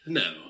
no